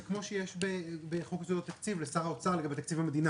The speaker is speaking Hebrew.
זה כמו שיש בחוק יסודות התקציב לשר האוצר לגבי תקציב המדינה.